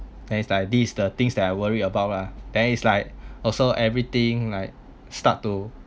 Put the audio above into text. then it's like this the things that I worry about ah then is like also everything like start to